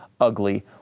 ugly